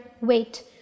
weight